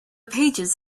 pages